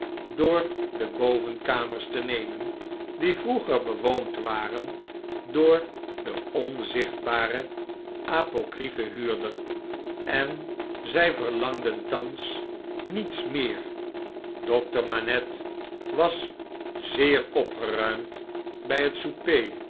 door de bovenkamers te nemen die vroeger bewoond waren door den onzichtbaren apocryphen huurder en zy verlangden thans niets meer in londen en pakijs dokter manette was zeer opgeruimd bjj het